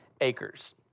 acres